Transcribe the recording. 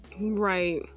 Right